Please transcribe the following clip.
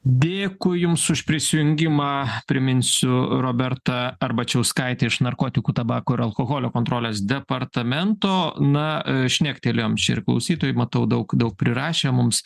dėkui jums už prisijungimą priminsiu roberta arbačiauskaitė iš narkotikų tabako ir alkoholio kontrolės departamento na šnektelėjom ir klausytojai matau daug daug prirašė mums